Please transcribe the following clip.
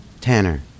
Tanner